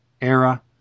era